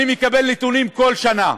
אני מקבל נתונים כל שנה,